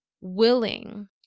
willing